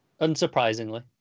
Unsurprisingly